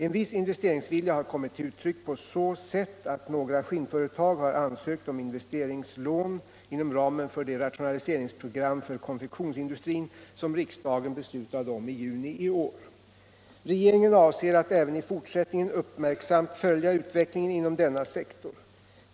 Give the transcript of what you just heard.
En viss investeringsvilja har kommit till uttryck på så sätt att några skinnföretag har ansökt om investeringslån inom ramen för det rationaliseringsprogram för konfektionsindustrin som riksdagen beslutade om i juni i år. Regeringen avser att även i fortsättningen uppmärksamt följa utvecklingen inom denna sektor.